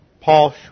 Paul